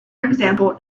example